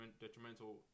detrimental